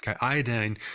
Iodine